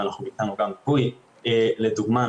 לדוגמא,